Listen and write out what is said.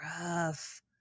rough